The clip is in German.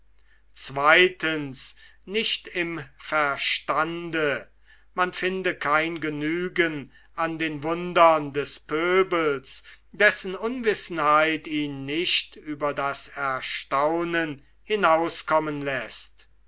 zweitens nicht im verstande man finde kein genügen an den wundern des pöbels dessen unwissenheit ihn nicht über das erstaunen hinauskommen läßt